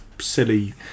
Silly